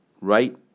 right